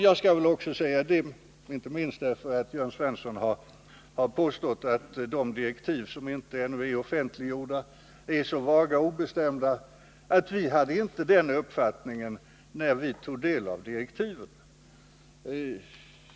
Jag skall väl också nämna, därför att Jörn Svensson har påstått att de direktiv som ännu inte är offentliggjorda är så vaga och obestämda, att vi hade inte den uppfattningen när vi tog del av direktiven.